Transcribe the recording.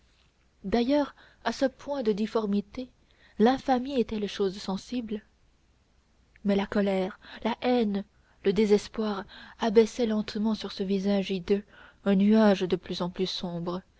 d'ailleurs à ce point de difformité l'infamie est-elle chose sensible mais la colère la haine le désespoir abaissaient lentement sur ce visage hideux un nuage de plus en plus sombre